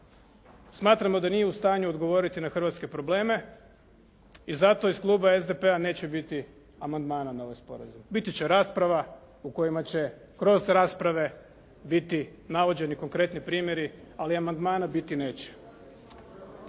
Smatramo da nije u stanju odgovoriti na hrvatske probleme i zato iz kluba SDP-a neće biti amandmana na ovaj sporazum. Biti će rasprava u kojima će kroz rasprave biti navođeni konkretni primjeri, ali amandmana biti neće.